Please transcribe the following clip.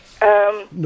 No